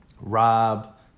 Rob